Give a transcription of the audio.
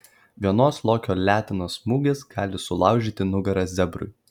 vienos lokio letenos smūgis gali sulaužyti nugarą zebrui